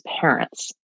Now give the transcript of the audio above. parents